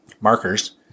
markers